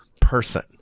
person